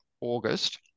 August